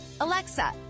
Alexa